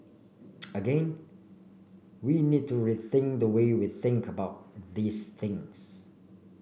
again we need to rethink the way we think about these things